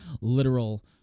literal